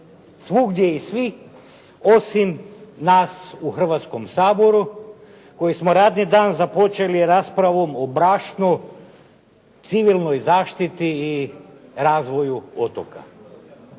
Svugdje i svi osim nas u Hrvatskom saboru koji smo radni dan započeli raspravom o brašnu, civilnoj zaštiti i razvoju otoka.